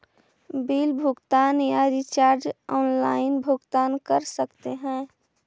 Bill भुगतान या recharge online भुगतान कर सकते हैं?